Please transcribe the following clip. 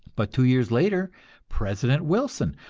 but two years later president wilson,